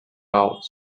out